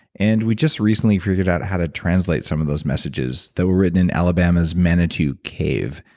and we just recently figured out how to translate some of those messages that were written in alabama's manitou cave.